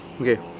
okay